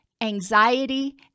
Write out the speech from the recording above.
anxiety